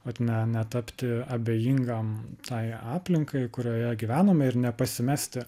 ot ne netapti abejingam tai aplinkai kurioje gyvename ir nepasimesti